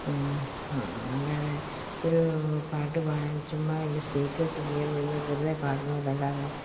അല്ലാതെ ഒരൂ പാട്ട് പാടാന് ചുമ്മാ ഒരു സ്റ്റേജിലേക്ക് കയറി നിന്ന് വെറുതെ പാടുന്നത് പോലെ അല്ലാതെ